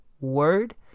word